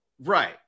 Right